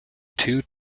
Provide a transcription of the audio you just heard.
two